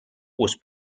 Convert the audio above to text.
was